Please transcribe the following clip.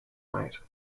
night